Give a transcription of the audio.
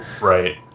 right